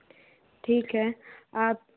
ठीक है आप